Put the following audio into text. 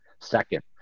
Second